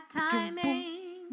timing